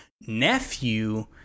nephew